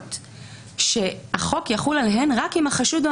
עבירות שהחוק יחול עליהן רק אם החשוד או